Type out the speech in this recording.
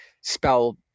spell